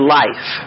life